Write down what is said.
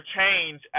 change